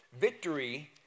Victory